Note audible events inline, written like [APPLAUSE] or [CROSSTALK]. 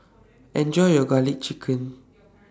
[NOISE] Enjoy your Garlic Chicken